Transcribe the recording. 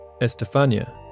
Estefania